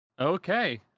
okay